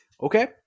Okay